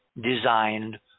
designed